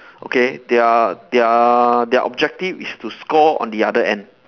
okay their their their objective is to score on the other end